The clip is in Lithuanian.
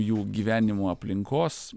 jų gyvenimo aplinkos